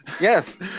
Yes